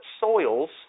soils